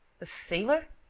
the sailor?